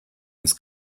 his